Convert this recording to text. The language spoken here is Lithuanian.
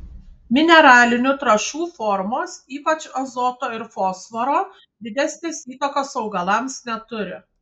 mineralinių trąšų formos ypač azoto ir fosforo didesnės įtakos augalams neturi